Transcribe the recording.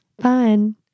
fun